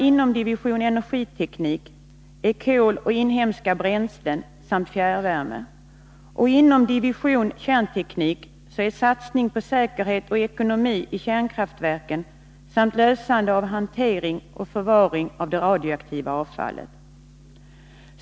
Inom division Energiteknik satsas på kol och inhemska bränslen samt fjärrvärme och inom division Kärnteknik på säkerhet och ekonomi i kärnkraftverken samt hantering och förvaring av det radioaktiva avfallet.